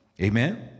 Amen